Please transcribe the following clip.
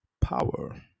power